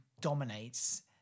dominates